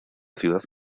ciudad